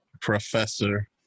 Professor